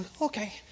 Okay